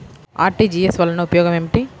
RTGS వలన ఉపయోగం ఏమిటీ?